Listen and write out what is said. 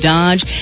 Dodge